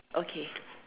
okay